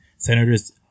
senators